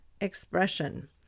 expression